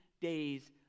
days